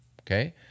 okay